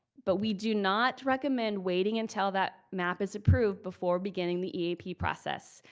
but we do not recommend waiting until that map is approved before beginning the eap process.